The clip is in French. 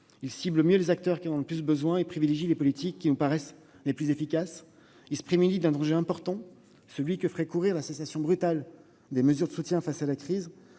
davantage sur les acteurs qui en ont le plus besoin et privilégie les politiques qui nous paraissent les plus efficaces. Il se prémunit du danger important que ferait courir la cessation brutale des mesures de soutien face à la crise.